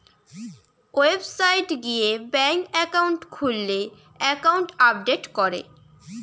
website গিয়ে bank account খুললে account update করে